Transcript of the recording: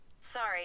Sorry